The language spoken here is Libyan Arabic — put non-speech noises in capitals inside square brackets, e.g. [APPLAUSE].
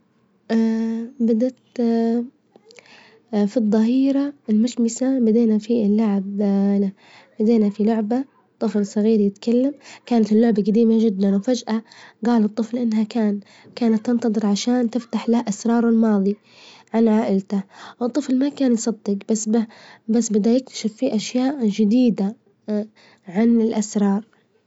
[HESITATION] بدأت [HESITATION] [HESITATION] في الظهيرة المشمسة بدينا في اللعب [HESITATION] بدينا في لعبة طفل صغير يتكلم كانت اللعبة جديمة جدا، وفجأة جال الطفل إنها كان- كانت تنتظر عشان تفتح له أسرار الماظي، عن عائلته! والطفل ما كان يصدج بس- بس بدا يكتشف في أشياء جديدة عن الأسرار. [NOISE]